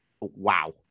Wow